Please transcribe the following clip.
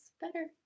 better